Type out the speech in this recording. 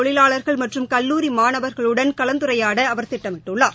தொழிலாளர்கள் மற்றும் கல்லூரி மாணவர்களுடன் கலந்துரையாட அவர் திட்டமிட்டுள்ளார்